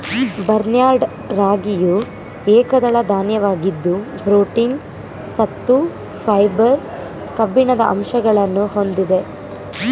barnyard ರಾಗಿಯು ಏಕದಳ ಧಾನ್ಯವಾಗಿದ್ದು ಪ್ರೋಟೀನ್, ಸತ್ತು, ಫೈಬರ್, ಕಬ್ಬಿಣದ ಅಂಶಗಳನ್ನು ಹೊಂದಿದೆ